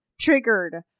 triggered